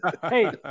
hey